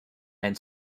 and